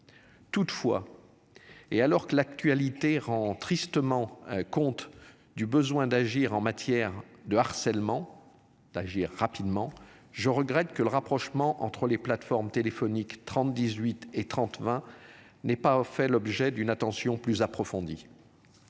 Toutefois. Et alors que l'actualité rend tristement compte du besoin d'agir en matière de harcèlement d'agir rapidement. Je regrette que le rapprochement entre les plateformes téléphoniques, 30, 18 et 30 20 n'est pas au fait l'objet d'une attention plus approfondie.